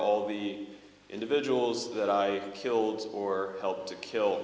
all the individuals that i killed or helped to kill